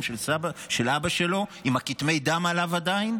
של אבא שלו עם כתמי דם עליו עדיין.